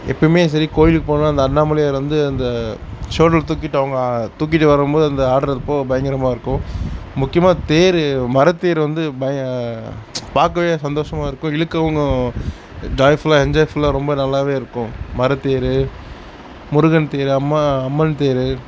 எப்போயுமே சரி கோயிலுக்கு போனால் அந்த அண்ணாமலையார் வந்து அந்த ஷோல்டரில் தூக்கிகிட்டு அவங்க தூக்கிகிட்டு வரும்போது அந்த ஆடறப்போ பயங்கரமாகருக்கும் முக்கியமாக தேர் மரத்தேர் வந்து பார்க்கவே சந்தோஷமாகருக்கும் இழுக்கவும் ஜாய்ஃபுல்லாக என்ஜாய்ஃபுல்லாக ரொம்ப நல்லாவேயிருக்கும் மரத்தேர் முருகன் தேர் அம்மா அம்மன் தேர்